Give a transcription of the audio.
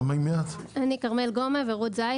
אנחנו כרמל גומא ורות זיו,